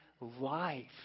life